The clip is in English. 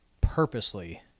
purposely